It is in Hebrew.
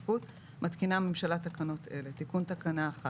מתקינה הממשלה תקנות אלה: תיקון תקנה 1